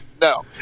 no